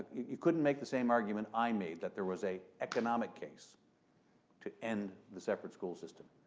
you couldn't make the same argument i made that there was a economic case to end the separate school system.